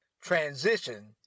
transition